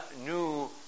new